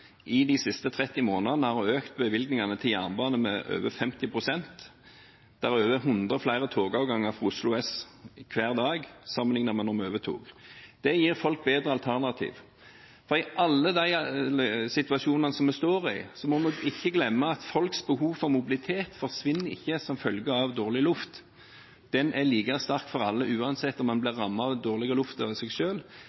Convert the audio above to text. i de siste 30 månedene har økt bevilgningene til jernbane med over 50 pst. Det er over 100 flere togavganger fra Oslo S hver dag sammenlignet med da vi overtok. Det gir folk bedre alternativ, for i alle de situasjonene som vi står i, må vi ikke glemme at folks behov for mobilitet ikke forsvinner som følge av dårlig luft. Den er like sterk for alle uansett om en blir